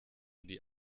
die